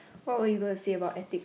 what will you going to say about ethics